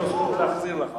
יש לו זכות להחזיר לך.